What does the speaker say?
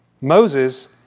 Moses